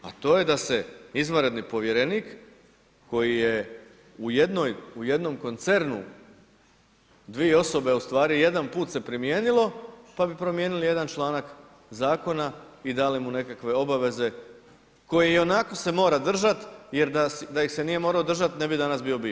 A to je da se izvanredni povjerenik koji je u jednom koncernu dvije osobe ustvari, jedanput se primijenilo pa bi promijenili jedan članak zakona i dali mu nekakve obaveze koje ionako se mora držati jer da ih se nije morao držati, ne bi danas bio bivši.